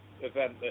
event